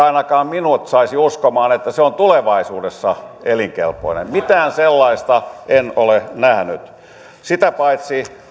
ainakaan minut saisi uskomaan että se on tulevaisuudessa elinkelpoinen mitään sellaista en ole nähnyt sitä paitsi